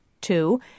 two